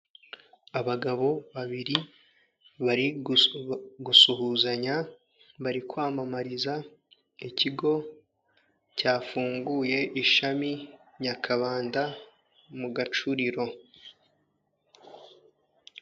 Abagabo babiri bari gusuhuzanya, bari kwamamariza ikigo cyafunguye ishami Nyakabanda mu Gacuriro.